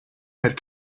had